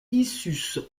issus